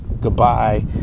Goodbye